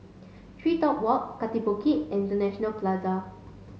TreeTop Walk Kaki Bukit International Plaza